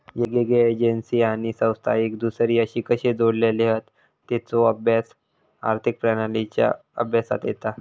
येगयेगळ्या एजेंसी आणि संस्था एक दुसर्याशी कशे जोडलेले हत तेचा अभ्यास आर्थिक प्रणालींच्या अभ्यासात येता